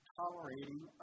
tolerating